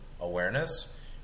Awareness